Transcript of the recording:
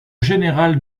général